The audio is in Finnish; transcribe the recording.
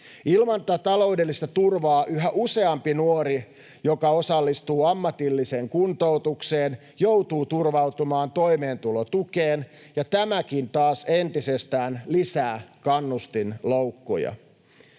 Ilman tätä taloudellista turvaa yhä useampi nuori, joka osallistuu ammatilliseen kuntoutukseen, joutuu turvautumaan toimeentulotukeen, ja tämäkin taas entisestään lisää kannustinloukkuja.